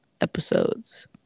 episodes